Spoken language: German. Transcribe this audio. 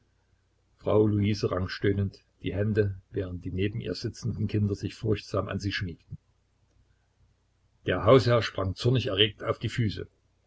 frau luise rang stöhnend die hände während die neben ihr sitzenden kinder sich furchtsam an sie schmiegten der hausherr sprang zornig erregt auf die füße